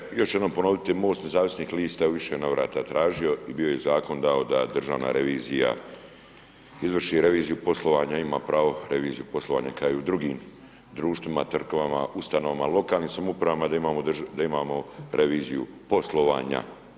Ministre, još jednom ću ponoviti, MOST nezavisnih lista u više navrata tražio i bio je zakon da Državna revizija izvrši reviziju poslovanja, ima pravo reviziju poslovanja kao i u drugim društvima, tvrtkama, ustanovama, lokalnim samouprava, da imamo reviziju poslovanja.